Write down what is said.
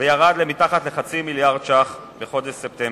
וירד לפחות מחצי מיליארד בחודש ספטמבר.